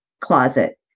closet